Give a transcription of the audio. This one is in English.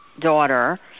daughter